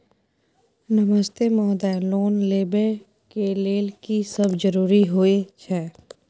नमस्ते महोदय, लोन लेबै के लेल की सब जरुरी होय छै?